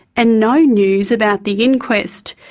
and no news about the inquest.